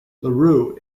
larue